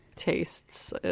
tastes